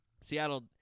Seattle